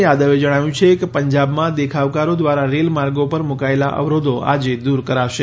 યાદવે જણાવ્યું છેકે પંજાબમાં દેખાવકારો દ્રારા રેલમાર્ગો ઉપર મૂકાયેલાં અવરોધો આજે દૂર કરાશે